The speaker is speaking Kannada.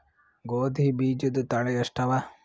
ಗೋಧಿ ಬೀಜುದ ತಳಿ ಎಷ್ಟವ?